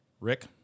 Rick